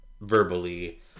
verbally